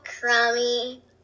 crummy